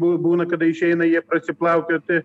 bū būna kada išeina jie prasiplaukioti